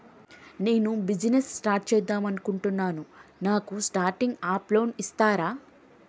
నేను business start చేద్దామనుకుంటున్నాను నాకు స్టార్టింగ్ అప్ లోన్ ఇస్తారా?